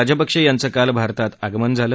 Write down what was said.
राजपक्षे यांचं काल भारतात आगमन झालं